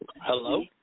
Hello